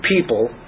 people